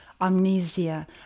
amnesia